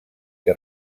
que